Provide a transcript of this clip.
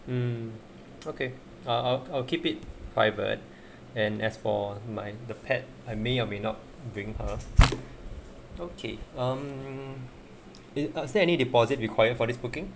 um okay I'll I'll I'll keep it private and as for mine the pet I may or may not bring her okay um is there any deposit required for this booking